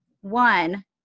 one